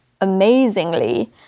amazingly